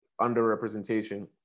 underrepresentation